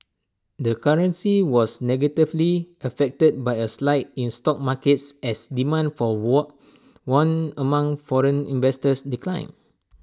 the currency was negatively affected by A slide in stock markets as demand for won among foreign investors declined